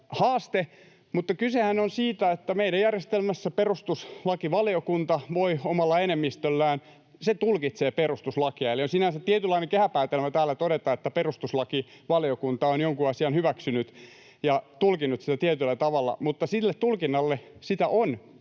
Mutta kysehän on siitä, että meidän järjestelmässämme perustuslakivaliokunta omalla enemmistöllään tulkitsee perustuslakia, eli on sinänsä tietynlainen kehäpäätelmä täällä todeta, että perustuslakivaliokunta on jonkun asian hyväksynyt ja tulkinnut sitä tietyllä tavalla, mutta jos sitä tulkintaa on